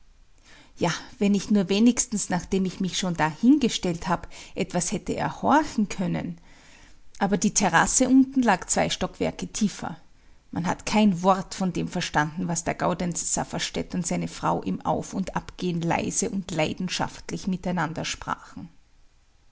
ja wenn ich nur wenigstens nachdem ich mich schon da hingestellt hab etwas hätte erhorchen können aber die terrasse unten lag zwei stockwerke tiefer man hat kein wort von dem verstanden was der gaudenz safferstätt und seine frau im auf und abgehen leise und leidenschaftlich miteinander sprachen